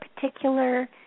particular